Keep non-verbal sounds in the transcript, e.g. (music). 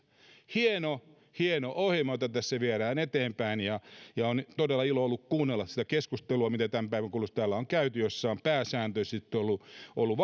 hieno hieno ohjelma jota tässä viedään eteenpäin on todella ollut ilo kuunnella sitä keskustelua jota tämän päivänä kuluessa täällä on käyty ja jossa on pääsääntöisesti ollut (unintelligible)